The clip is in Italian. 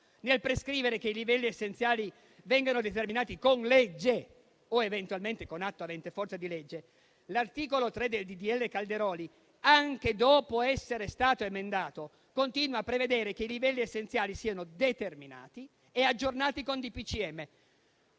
nel prescrivere che i livelli essenziali vengano determinati con legge o eventualmente con atto avente forza di legge, l'articolo 3 del disegno di legge Calderoli, anche dopo essere stato emendato, continua a prevedere che i livelli essenziali delle prestazioni siano determinati e aggiornati con